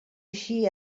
així